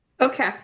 Okay